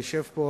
יושב פה